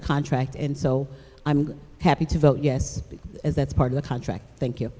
the contract and so i'm happy to vote yes as that's part of the contract thank you